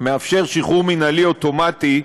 מאפשר שחרור מינהלי אוטומטי,